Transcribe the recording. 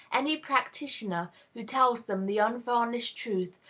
any practitioner who tells them the unvarnished truth,